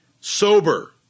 Sober